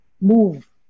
move